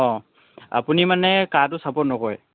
অঁ আপুনি মানে কাটো ছাপোৰ্ট নকৰে